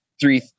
three